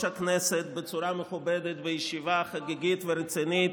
כנסת בצורה מכובדת בישיבה חגיגית ורצינית,